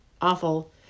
awful